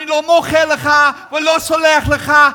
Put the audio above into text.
אני לא מוחל לך ולא סולח לך.